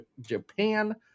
Japan